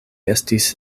estis